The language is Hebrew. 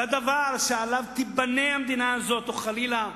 זה הדבר שעליו תיבנה המדינה הזאת, או חלילה,